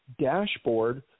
dashboard